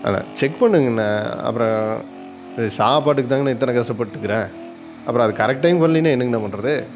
அண்ணா check பண்ணுங்கண்ணா அப்புறம் இது சாப்பாட்டுக்கு தாங்கண்ணா இத்தனை கஷ்டப்பட்ருக்குறேன் அப்புறம் அது கரெக்ட் டைமுக்கு வரலின்னா என்னங்கண்ணா பண்ணுறது